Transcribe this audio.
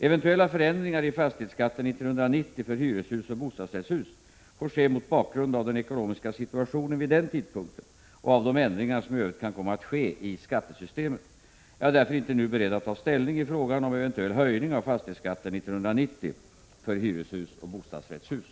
Eventuella förändringar i fastighetsskatten 1990 för hyreshus och bostadsrättshus får ske mot bakgrund av den ekonomiska situationen vid den tidpunkten och av de ändringar som i övrigt kan komma att ske i skattesystemet. Jag är därför inte nu beredd att ta ställning i frågan om eventuell höjning av fastighetsskatten 1990 för hyreshus och bostadsrättshus.